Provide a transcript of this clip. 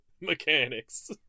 mechanics